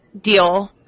deal